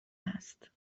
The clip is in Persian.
هست